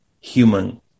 human